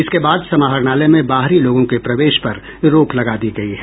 इसके बाद समाहरणालय में बाहरी लोगों के प्रवेश पर रोक लगा दी गयी है